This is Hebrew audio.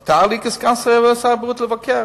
מותר לסגן שר הבריאות לבקר